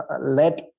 let